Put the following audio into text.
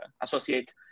associate